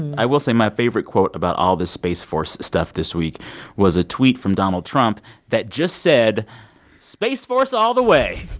i will say, my favorite quote about all this space force stuff this week was a tweet from donald trump that just said space force all the way,